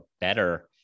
better